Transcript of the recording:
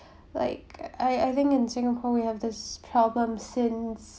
like I I think in singapore we have this problem since